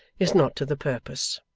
is not to the purpose.